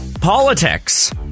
Politics